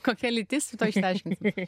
kokia lytis tai tuoj išsiaiškinsim